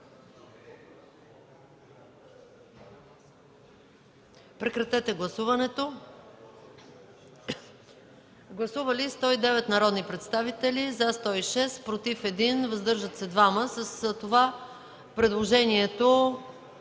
проектите за решения. Гласували 109 народни представители: за 106, против 1, въздържали се 2. С това предложението